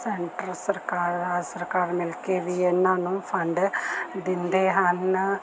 centre ਸਰਕਾਰਾਂ ਸਰਕਾਰ ਮਿਲ ਕੇ ਵੀ ਇਹਨਾਂ ਨੂੰ ਫੰਡ ਦਿੰਦੇ ਹਨ